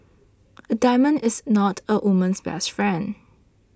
a diamond is not a woman's best friend